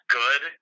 good